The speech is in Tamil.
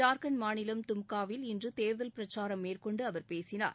ஜார்க்கண்ட் மாநிலம் தும்காவில் இன்று தேர்தல் பிரச்சாரம் மேற்கொண்டு அவர் பேசினார்